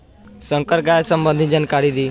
संकर गाय सबंधी जानकारी दी?